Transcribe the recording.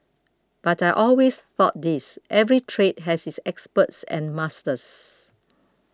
but I always thought this every trade has its experts and masters